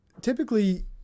Typically